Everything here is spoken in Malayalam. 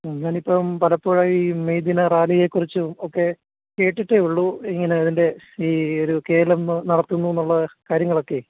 ഞാനിപ്പം പലപ്പോഴായി മെയ് ദിന റാലിയെക്കുറിച്ചും ഒക്കെ കേട്ടിട്ടേയുള്ളു ഇങ്ങനെ ഇതിൻ്റെ ഈയൊരു കെ എൽ ഒന്ന് നടത്തുന്നുന്നുള്ള കാര്യങ്ങളൊക്കെ